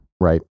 right